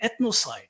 ethnocide